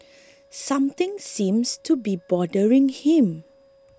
something seems to be bothering him